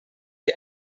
wir